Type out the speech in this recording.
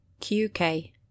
QK